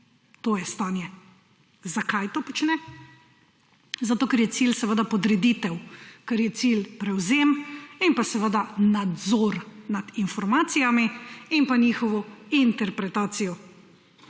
To je stanje. Zakaj to počne? Zato ker je cilj seveda podreditev, ker je cilj prevzem in pa seveda nadzor nad informacijami in pa njihovo interpretacijo.